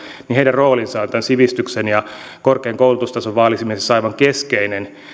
rooli on tämän sivistyksen ja korkean koulutustason vaalimisessa aivan keskeinen